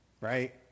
Right